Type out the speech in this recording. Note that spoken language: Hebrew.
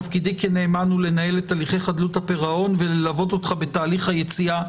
"תפקידי כנאמן לנהל את הליכי חדלות הפירעון וללוות אותך בתהליך היציאה"